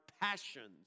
passions